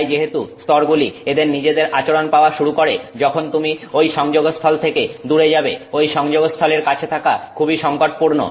তাই যেহেতু স্তরগুলি এদের নিজেদের আচরণ পাওয়া শুরু করে যখন তুমি ঐ সংযোগস্থল থেকে দূরে যাবে ঐ সংযোগস্থলের কাছে থাকা খুবই সংকটপূর্ণ